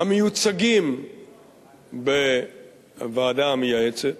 המיוצגים בוועדה המייעצת